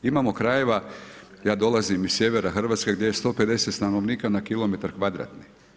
Imamo krajeva, ja dolazim iz sjevera Hrvatske gdje je 150 stanovnika na kilometar kvadratnih.